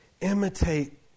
Imitate